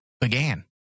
began